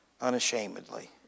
unashamedly